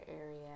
area